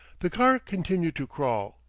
the car continued to crawl.